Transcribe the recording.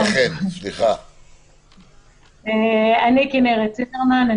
אני כנרת צימרמן,